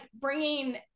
bringing